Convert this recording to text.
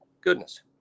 goodness